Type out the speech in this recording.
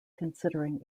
considering